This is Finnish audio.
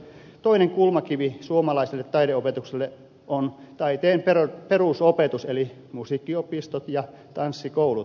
toinen kulmakivi suomalaiselle taideopetukselle on taiteen perusopetus eli musiikkiopistot ja tanssikoulut